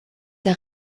der